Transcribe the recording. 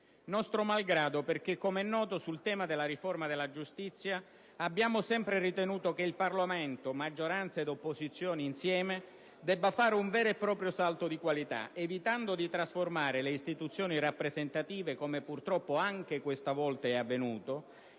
Nostro malgrado, perché, com'é noto, sul tema della riforma della giustizia abbiamo sempre ritenuto che il Parlamento, maggioranza ed opposizioni insieme, debba fare un vero e proprio salto di qualità, evitando di trasformare le istituzioni rappresentative (come purtroppo anche questa volta è avvenuto